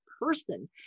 person